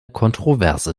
kontroverse